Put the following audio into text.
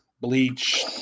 bleach